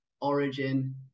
origin